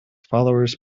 followers